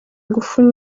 ingufu